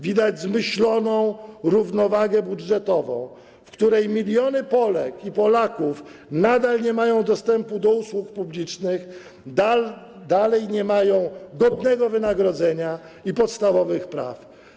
Widać zmyśloną równowagę budżetową, w ramach której miliony Polek i Polaków nadal nie mają dostępu do usług publicznych, nadal nie mają godnego wynagrodzenia i podstawowych praw.